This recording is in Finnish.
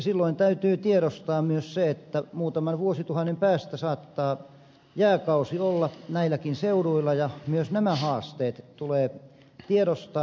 silloin täytyy tiedostaa myös se että muutaman vuosituhannen päästä saattaa jääkausi olla näilläkin seuduilla ja myös nämä haasteet tulee tiedostaa